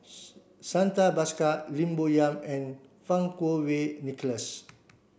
Santha Bhaskar Lim Bo Yam and Fang Kuo Wei Nicholas